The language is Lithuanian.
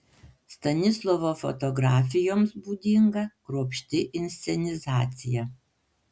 stanislovo fotografijoms būdinga kruopšti inscenizacija